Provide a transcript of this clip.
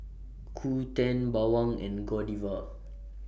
Qoo ten Bawang and Godiva